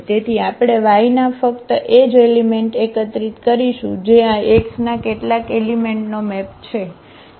તેથી આપણે y ના ફક્ત એ જ એલિમેંટ એકત્રિત કરીશું જે આ X ના કેટલાક એલિમેંટનો મેપ છે